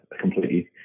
completely